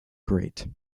great